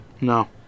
No